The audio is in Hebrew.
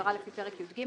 עבירה לפי פרק י"ג,